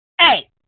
Hey